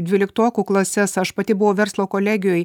dvyliktokų klases aš pati buvau verslo kolegijoj